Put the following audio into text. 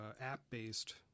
app-based